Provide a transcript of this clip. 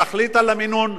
תחליט על המינון.